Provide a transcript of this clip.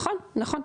נכון, נכון.